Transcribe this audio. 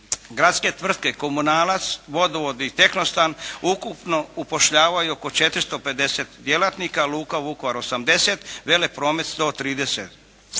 Gradske tvrtke “Komunalac“, vodovod i “Tehnostan“ ukupno upošljavaju oko 450 djelatnika. Luka “Vukovar“ 80, velepromet 130.